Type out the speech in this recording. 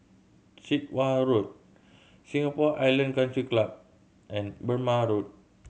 Sit Wah Road Singapore Island Country Club and Burmah Road